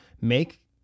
make